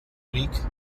week